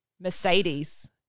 Mercedes